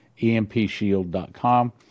empshield.com